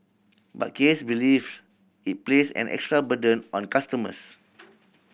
but Case believes it place an extra burden on customers